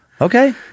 okay